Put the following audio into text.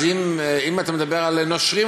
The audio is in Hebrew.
אז אם אתה מדבר על נושרים,